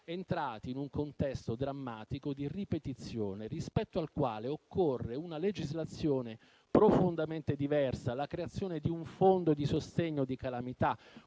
entrati in un contesto drammatico di ripetizione, rispetto al quale occorre una legislazione profondamente diversa: la creazione di un fondo di sostegno per le calamità,